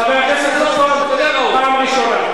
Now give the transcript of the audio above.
חבר הכנסת חסון, אני קורא אותך פעם ראשונה.